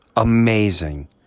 Amazing